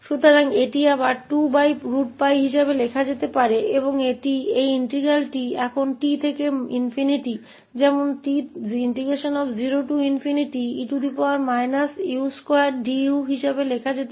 तो इसे फिर से 2√𝜋 के रूप में लिखा जा सकता है और यह इंटीग्रल अब t से ∞ तक te u2du के रूप में जा सकता है